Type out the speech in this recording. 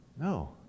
no